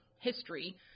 history